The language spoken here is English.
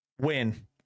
win